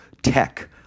Tech